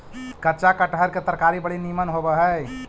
कच्चा कटहर के तरकारी बड़ी निमन होब हई